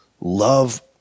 love